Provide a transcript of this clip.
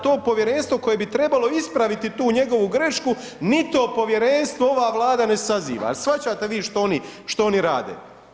To povjerenstvo koje bi trebalo ispraviti tu njegovu grešku, ni to povjerenstvo ova Vlada ne saziva, jel shvaćate vi što oni rade?